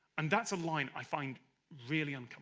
and that's a line i find really